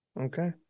Okay